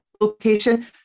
location